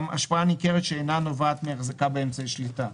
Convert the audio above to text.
השפעה ניכרת שאינה נובעת מהחזקה באמצעי שליטה.